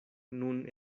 nun